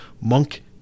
Monk